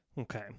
Okay